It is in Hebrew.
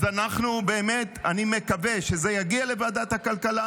אז אני מקווה שזה יגיע לוועדת הכלכלה.